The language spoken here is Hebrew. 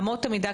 אמות המידה,